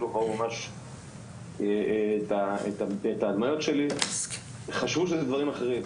את ההדמיות שלי חשבו שמדובר בדברים אחרים.